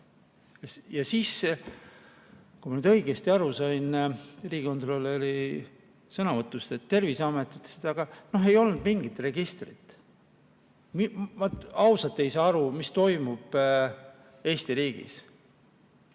Ja siis, kui ma nüüd õigesti aru sain riigikontrolöri sõnavõtust, Terviseamet ütles, et ei olnud mingit registrit. Ma ausalt ei saa aru, mis toimub Eesti riigis.